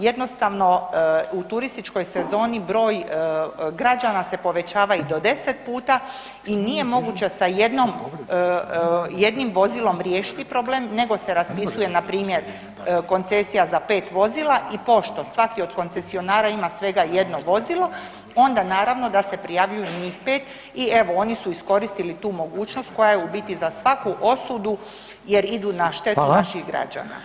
Jednostavno u turističkoj sezoni broj građana se povećava i do deset puta i nije moguće sa jednim vozilom riješiti problem nego se raspisuje na primjer koncesija za pet vozila i pošto svaki od koncesionara ima svega jedno vozilo, onda naravno da se prijavljuju njih pet i evo oni su iskoristili tu mogućnost koja je u biti za svaku osudu jer idu na štetu naših građana.